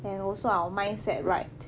and also our mindset right